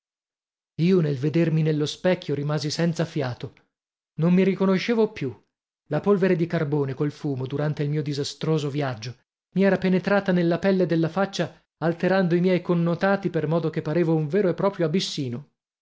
io nel vedermi nello specchio rimasi senza fiato non mi riconoscevo più la polvere di carbone col fumo durante il mio disastroso viaggio mi era penetrata nella pelle della faccia alterando i miei connotati per modo che parevo un vero e proprio abissino